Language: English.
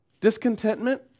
Discontentment